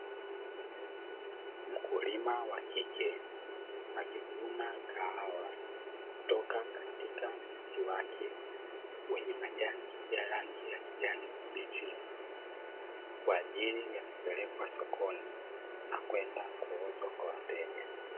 Mkulima wa kike akivuna kahawa kutoka katika mti wake wenye majani ya rangi ya kijani kibichi, kwa ajili ya kupelekwa sokoni na kwenda kuuzwa kwa wateja.